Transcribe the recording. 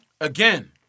again